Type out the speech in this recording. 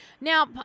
Now